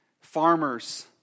farmers